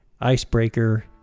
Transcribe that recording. Icebreaker